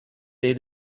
they